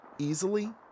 Easily